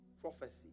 prophecy